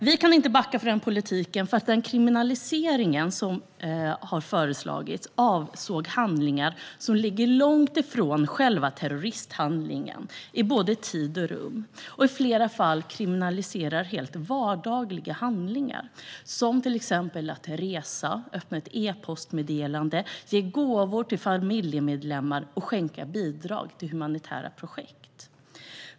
Vi kan inte backa från den politiken, för den kriminalisering som har föreslagits avser handlingar som ligger långt ifrån själva terroristhandlingen i både tid och rum. I flera fall kriminaliseras helt vardagliga handlingar, som till exempel att resa, öppna ett e-postmeddelande, ge gåvor till familjemedlemmar och skänka bidrag till humanitära projekt.